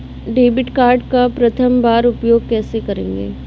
Debit card का प्रथम बार उपयोग कैसे करेंगे?